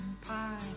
Pie